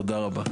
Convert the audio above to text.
תודה רבה.